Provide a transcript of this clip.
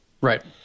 Right